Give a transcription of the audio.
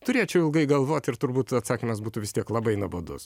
turėčiau ilgai galvot ir turbūt atsakymas būtų vis tiek labai nuobodus